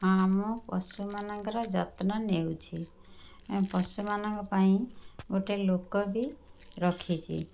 ହଁ ମୁଁ ପଶୁ ମାନଙ୍କର ଯତ୍ନ ନେଉଛି ପଶୁ ମାନଙ୍କ ପାଇଁ ଗୋଟେ ଲୋକବି ରଖିଛି